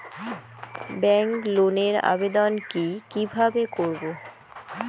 Bank লোনের আবেদন কি কিভাবে করব?